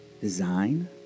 design